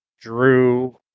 Drew